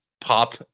pop